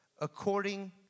according